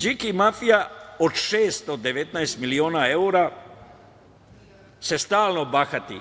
Điki mafija od 619 miliona evra se stalno bahati